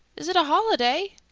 is it a holiday?